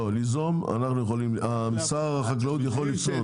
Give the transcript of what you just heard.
לא, ליזום משרד החקלאות יכול ליזום.